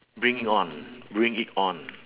bring it on bring it on